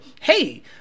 Hey